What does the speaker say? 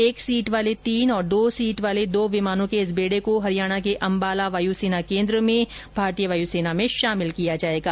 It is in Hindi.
एक सीट वाले तीन और दो सीट वाले दो विमानों के इस बेड़े को हरियाणा के अंबाला वायुसेना केन्द्र में भारतीय वायु सेना में शामिल किया जाएगा